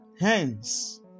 Hence